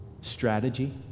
strategy